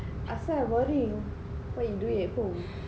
asal boring what you doing at home